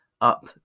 up